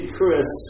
Chris